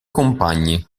compagni